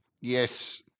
Yes